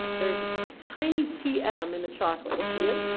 there's a tiny tm in the chocolate. do you see it?